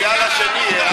זה על השני, אחמד.